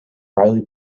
riley